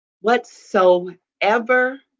whatsoever